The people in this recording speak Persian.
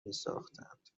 میساختند